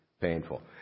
painful